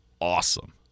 awesome